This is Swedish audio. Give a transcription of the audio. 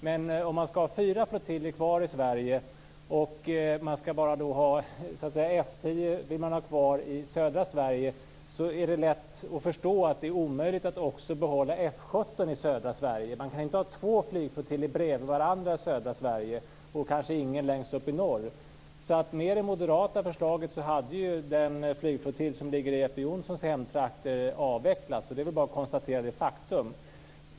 Men om man ska ha fyra flottiljer kvar i Sverige och om man vill ha kvar F 10 i södra Sverige, är det lätt att förstå att det är omöjligt att också behålla F 17 i södra Sverige. Man kan inte ha två flygflottiljer bredvid varandra i södra Sverige och kanske ingen längst uppe i norr. Med det moderata förslaget hade den flygflottilj som ligger i Jeppe Johnssons hemtrakter avvecklats. Det är bara att konstatera detta faktum.